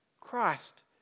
Christ